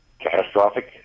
catastrophic